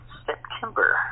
september